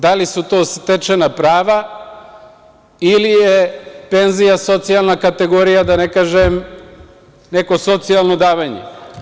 Da li su to stečena prava ili je penzija socijalna kategorija, da ne kažem neko socijalno davanje?